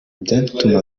byatuma